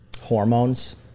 hormones